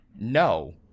No